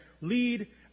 Lead